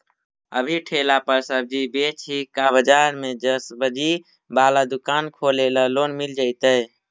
अभी ठेला पर सब्जी बेच ही का बाजार में ज्सबजी बाला दुकान खोले ल लोन मिल जईतै?